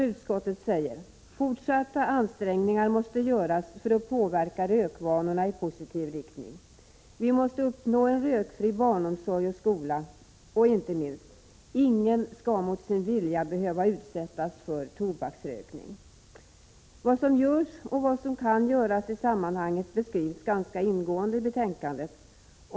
Utskottet säger att fortsatta ansträngningar måste göras för att påverka rökvanorna i positiv riktning, att vi måste uppnå en rökfri barnomsorg och skola och, inte minst, att ingen mot sin vilja skall behöva utsättas för tobaksrökning. Vad som görs och som kan göras i sammanhanget beskrivs ganska ingående i betänkandet.